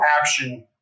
action